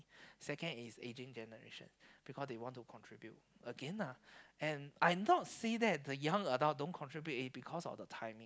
second is ageing generation because they want to contribute again lah and I not say that the young adult don't contribute in because of the timing